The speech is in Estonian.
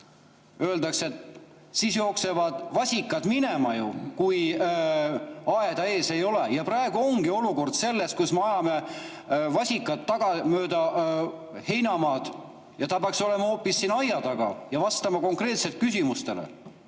Öeldakse, et siis jooksevad vasikad minema, kui aeda ees ei ole, ja praegu ongi olukord selline, kus me ajame vasikat mööda heinamaad taga, aga ta peaks olema hoopis siin aia sees ja vastama konkreetsetele küsimustele.